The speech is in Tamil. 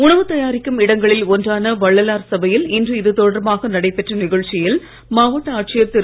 உணவு தயாரிக்கும் இடங்களில் ஒன்றான வள்ளலார் சபையில் இன்று இது தொடர்பாக நடைபெற்ற நிகழ்ச்சியில் மாவட்ட ஆட்சியர் திரு